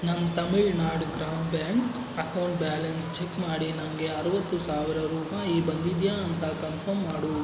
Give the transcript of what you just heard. ನನ್ನ Tamil Nadu Grama bank account balance check ಮಾಡಿ ನನಗೆ ಅರುವತ್ತು ಸಾವಿರ ರೂಪಾಯಿ ಬಂದಿದೆಯಾ ಅಂತ ಕನ್ಫರ್ಮ್ ಮಾಡು